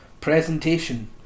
Presentation